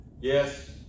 Yes